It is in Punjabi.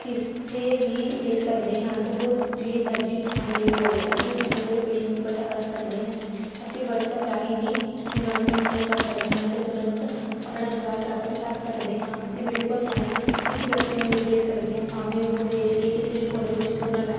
ਕਿੱਥੇ ਵੀ ਵੇਖ ਸਕਦੇ ਹਾਂ ਉਹ ਜਿਹੜੀ ਮਰਜ਼ੀ ਥਾਂ 'ਤੇ ਹੋਵੇ ਅਸੀਂ ਉਹਨਾਂ ਦੀ ਲੋਕੇਸ਼ਨ ਵੀ ਪਤਾ ਕਰ ਸਕਦੇ ਹਾਂ ਅਸੀਂ ਵਟਸਐਪ ਰਾਹੀਂ ਵੀ ਉਹਨਾਂ ਨੂੰ ਮੈਸਿਜ ਕਰ ਸਕਦੇ ਹਾਂ ਅਤੇ ਤੁਰੰਤ ਆਪਣਾ ਜਵਾਬ ਪ੍ਰਾਪਤ ਕਰ ਸਕਦੇ ਹਾਂ ਅਸੀਂ ਵੀਡੀਓ ਕਾਲ ਰਾਹੀਂ ਕਿਸੀ ਵਿਅਕਤੀ ਨੂੰ ਵੀ ਦੇਖ ਸਕਦੇ ਹਾਂ ਭਾਵੇਂ ਉਹ ਦੇਸ਼ ਦੇ ਕਿਸੇ ਵੀ ਕੋਨੇ ਵਿੱਚ ਕਿਉਂ ਨਾ ਬੈਠਾ